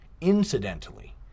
incidentally